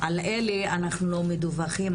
על אלה אנחנו לא מדווחים,